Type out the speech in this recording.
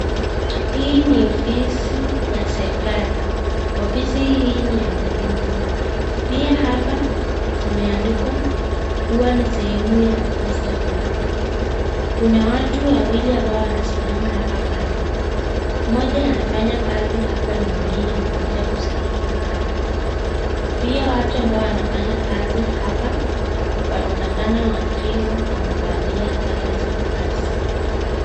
Hii ni ofisi ya serikali, ofisi hii ni ya huduma, pia hapa imeandikwa kuwa ni sehemu ya Postapay .Kuna watu wawili ambao wanasimama hapa kando, mmoja anafanya kazi hapa na mwingine amekuja kusaidiwa hapa. Pia watu ambao wanafanya kazi hapa, wanaonekana wakiwa wamevalia sare za kazi.